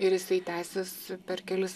ir jisai tęsis per kelis